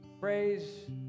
praise